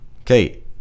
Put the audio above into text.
Okay